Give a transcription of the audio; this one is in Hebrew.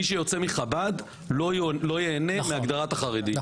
מי שיוצא מחב"ד לא ייהנה מהגדרת החרדי,